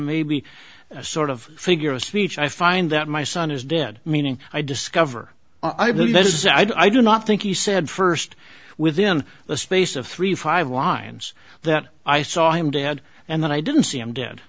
maybe a sort of figure of speech i find that my son is dead meaning i discover i believe this i do not think he said first within the space of three five lines that i saw him dad and i didn't see him dead